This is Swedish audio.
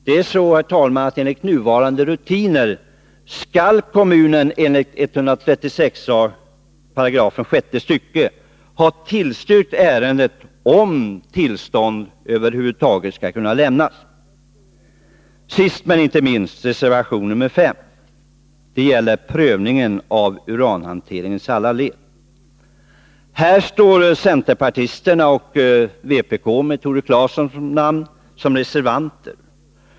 Det är så, herr talman, att enligt nuvarande rutiner skall kommunen enligt 136 a §, sjätte stycket, ha tillstyrkt ärendet om tillstånd över huvud taget skall kunna lämnas. Sist, men inte minst, reservation nr 5 som gäller prövningen av uranhanteringens alla led. Här står centerpartisterna och vpk med Tore Claeson som reservanter.